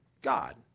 God